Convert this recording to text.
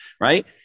Right